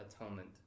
atonement